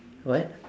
what